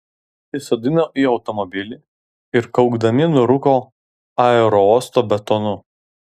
įsodino į automobilį ir kaukdami nurūko aerouosto betonu